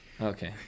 okay